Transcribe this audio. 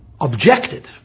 objected